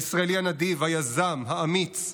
הישראלי הנדיב, היזם, האמיץ,